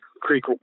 Creek